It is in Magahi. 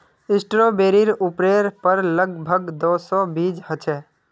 स्ट्रॉबेरीर उपरेर पर लग भग दो सौ बीज ह छे